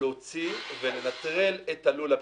להוציא ולנטרל את לול הפטם,